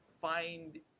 find